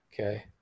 Okay